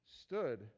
stood